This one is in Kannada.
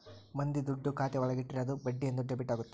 ಮಂದಿ ದುಡ್ಡು ಖಾತೆ ಒಳಗ ಇಟ್ರೆ ಅದು ಬಡ್ಡಿ ಬಂದು ಡೆಬಿಟ್ ಆಗುತ್ತೆ